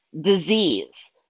disease